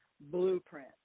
blueprint